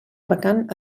vacant